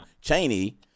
Cheney